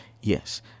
yes